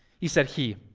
he said he.